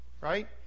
right